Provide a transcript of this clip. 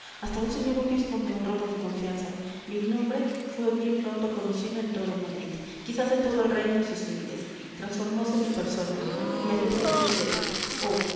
hasta un señor obispo me honró con su confianza mi nombre fue bien pronto conocido en todo madrid quizás en todo el reino y sus indias transformose mi persona me sentí crecer oh